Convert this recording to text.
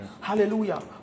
Hallelujah